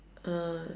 uh